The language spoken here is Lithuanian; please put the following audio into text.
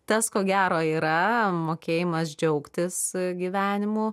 tas ko gero yra mokėjimas džiaugtis gyvenimu